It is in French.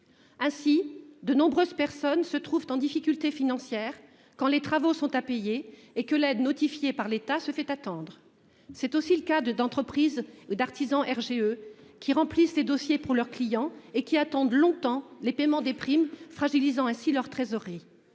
Ainsi de nombreuses personnes se trouvent en difficulté financière quand les travaux sont à payer et que l'aide notifiée par l'état se fait attendre. C'est aussi le cas de d'entreprises et d'artisans RGE qui remplissent les dossiers pour leurs clients et qui attendent longtemps les paiements des primes fragilisant ainsi leur trésorerie